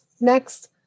next